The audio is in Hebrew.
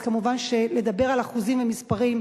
אז מובן שלדבר על אחוזים ומספרים,